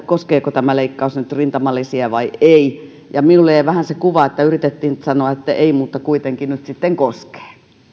koskeeko tämä leikkaus nyt rintamalisiä vai ei minulle jäi vähän se kuva että yritettiin sanoa että ei mutta kuitenkin nyt se sitten koskee